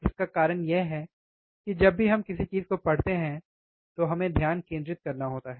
इसका कारण यह है कि जब भी हम किसी चीज को पढ़ते हैं तो हमें ध्यान केंद्रित करना होता है